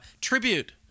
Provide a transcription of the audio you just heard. tribute